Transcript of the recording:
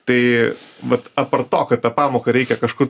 tai vat apart to kad tą pamoką reikia kažkur